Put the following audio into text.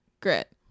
Grit